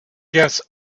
guess